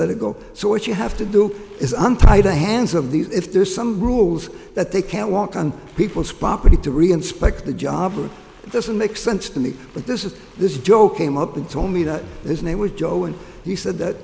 let it go so what you have to do is untie the hands of these if there's some rules that they can't walk on people's property to reinspect the job or it doesn't make sense to me but this is this joe came up and told me that his name was joe and he said that